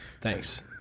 Thanks